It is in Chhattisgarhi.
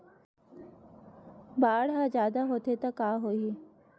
बाढ़ ह जादा होथे त का होही?